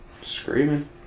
screaming